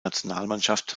nationalmannschaft